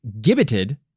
gibbeted